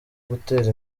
gutera